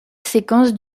séquence